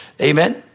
Amen